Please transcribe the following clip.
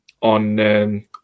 on